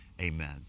Amen